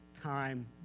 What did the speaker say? time